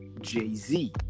Jay-Z